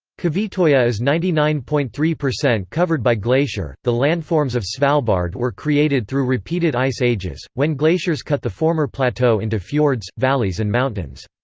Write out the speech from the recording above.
kvitoya is ninety nine point three covered by glacier the landforms of svalbard were created through repeated ice ages, when glaciers cut the former plateau into fjords, valleys and mountains.